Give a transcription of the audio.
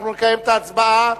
אנחנו נקיים את ההצבעה.